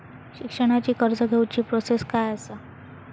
शिक्षणाची कर्ज घेऊची प्रोसेस काय असा?